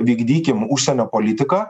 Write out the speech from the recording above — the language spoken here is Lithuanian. vykdykim užsienio politiką